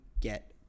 get